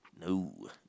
No